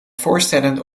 voorstellen